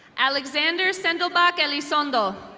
alexander sendelbach alisondo.